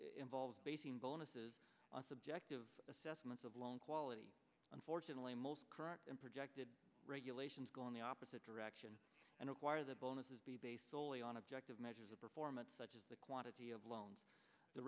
involved basing bonuses on subjective assessments of loan quality unfortunately most correct and projected regulations go in the opposite direction and require the bonuses be based soley on objective measures of performance such as the quantity of loans the